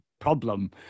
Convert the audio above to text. problem